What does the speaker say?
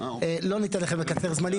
לא ניתן לכם לקצר זמנים,